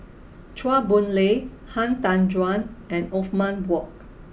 Chua Boon Lay Han Tan Juan and Othman Wok